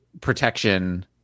protection